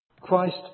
Christ